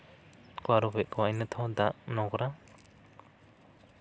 ᱟᱹᱨᱩᱵ ᱮᱜ ᱠᱚᱣᱟ ᱤᱱᱟᱹ ᱛᱮᱦᱚᱸ ᱫᱟᱜ ᱱᱳᱝᱨᱟ